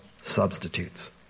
substitutes